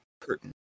Curtain